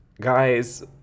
guys